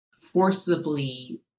forcibly